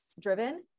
driven